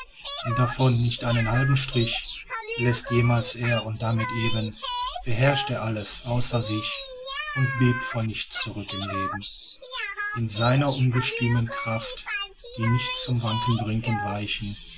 davon nicht einen halben strich läßt jemals er und damit eben beherrscht er alles außer sich und bebt vor nichts zurück im leben in seiner ungestümen kraft die nichts zum wanken bringt und weichen